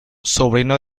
sobrino